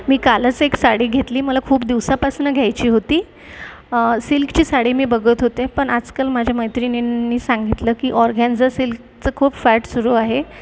मी कालच एक साडी घेतली मला खूप दिवसापासनं घ्यायची होती सिल्कची साडी मी बघत होते पण आजकाल माझ्या मैत्रिणींनी सांगितलं की ऑर्गनझा सिल्कच खूप फॅट सुरु आहे